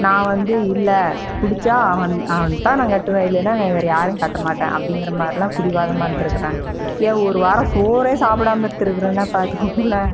நான் வந்து இல்லை பிடிச்சா அவன் அவனை தான் நான் கட்டுவேன் இல்லேன்னா நான் வேறு யாரையும் கட்டமாட்டேன் அப்படிங்கிற மாதிரில்லாம் பிடிவாதமா இருந்துருக்கிறேன் ஏன் ஒரு வாரம் சோறே சாப்பிடாம இருந்திருக்குறேன்னா பார்த்துக்கோங்களேன்